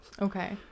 Okay